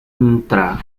ntra